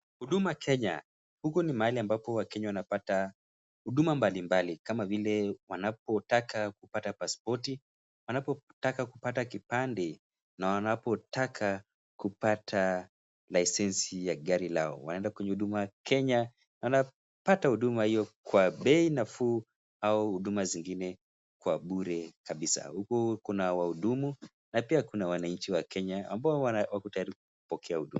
Huduma Kenya. Huku ni mahali ambapo Wakenya wanapata huduma mbalimbali kama vile wanapotaka kupata pasipoti, wanapotaka kupata kipande na wanapotaka kupata leseni ya gari lao. Wanaenda kwenye Huduma Kenya na wanapata huduma hiyo kwa bei nafuu au huduma zingine kwa bure kabisa. Huku kuna wahudumu na pia kuna wananchi wa Kenya ambao wako tayari kupokea huduma.